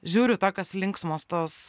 žiūriu tokios linksmos tos